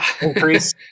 increase